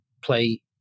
play